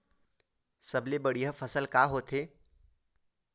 सबले बढ़िया फसल का होथे?